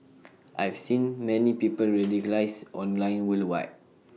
I've seen many people radicalised online worldwide